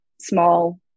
small